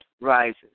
rises